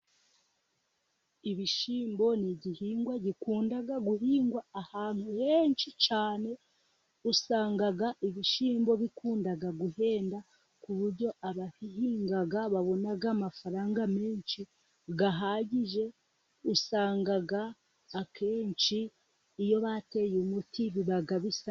Ibishyimbo ni igihingwa gikunda guhingwa ahantu henshi cyane. Usanga ibishyimbo bikun guhenda ku buryo abahinga babonaga amafaranga menshi ahagije, usanga akenshi iyo bateye umuti biba bisa neza.